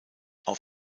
auf